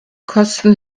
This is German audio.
kosten